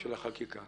בבקשה.